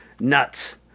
Nuts